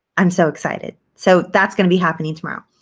i'm so excited. so that's going to be happening tomorrow.